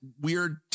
weird